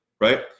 right